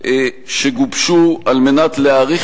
והן את הצעת החוק הפרטית שגובשו על מנת להאריך